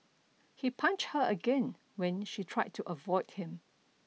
he punched her again when she tried to avoid him